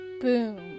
boom